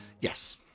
Yes